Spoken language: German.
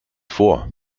vor